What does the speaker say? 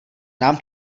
nám